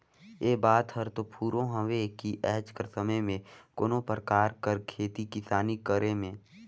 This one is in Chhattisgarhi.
ए बात हर दो फुरों हवे कि आएज कर समे में कोनो परकार कर खेती किसानी करे में